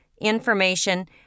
information